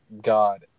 God